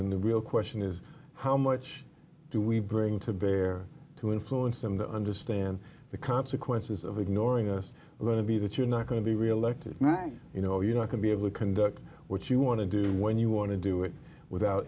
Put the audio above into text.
in the real question is how much do we bring to bear to influence them to understand the consequences of ignoring us going to be that you're not going to be reelected and i you know you know to be able to conduct what you want to do when you want to do it without